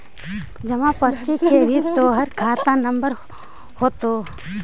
जमा पर्ची में भी तोहर खाता नंबर होतो